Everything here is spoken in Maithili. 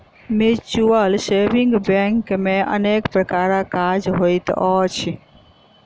म्यूचुअल सेविंग बैंक मे अनेक प्रकारक काज होइत अछि